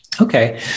okay